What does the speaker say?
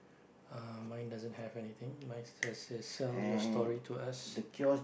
uh mine doesn't have anything mine just says sell your story to us